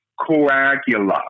Coagula